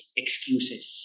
excuses